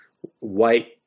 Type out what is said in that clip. white